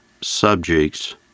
subjects